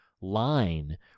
line